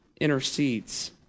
intercedes